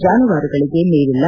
ಜಾನುವಾರುಗಳಿಗೆ ಮೇವಿಲ್ಲ